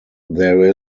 there